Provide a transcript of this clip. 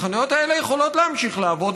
החנויות האלה יכולות להמשיך לעבוד,